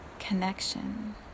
connection